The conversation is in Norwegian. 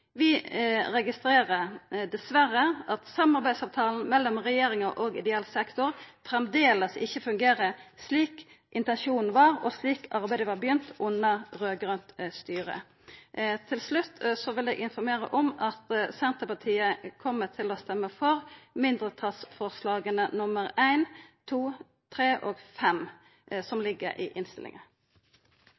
Vi registrerer dessverre at samarbeidsavtala mellom regjeringa og ideell sektor framleis ikkje fungerer slik intensjonen var, og slik arbeidet var begynt under raud-grønt styre. Til slutt vil eg informera om at Senterpartiet kjem til å stemma for mindretalsforslaga nr. 1, 2, 3 og 5 som ligg i innstillinga.